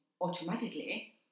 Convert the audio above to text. automatically